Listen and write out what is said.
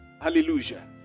Hallelujah